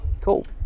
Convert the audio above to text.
Cool